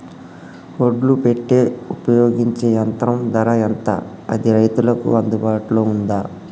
ఒడ్లు పెట్టే ఉపయోగించే యంత్రం ధర ఎంత అది రైతులకు అందుబాటులో ఉందా?